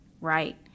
right